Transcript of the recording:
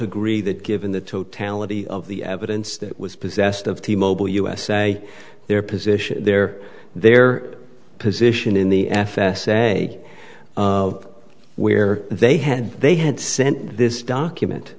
agree that given the totality of the evidence that was possessed of t mobile usa their position their their position in the f s a of where they had they had sent this document